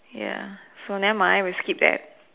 ya so never mind we skip that